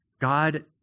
God